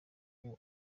ubu